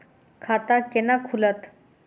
खाता केना खुलत?